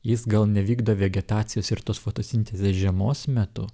jis gal nevykdo vegetacijos ir tos fotosintezės žiemos metu